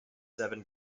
seven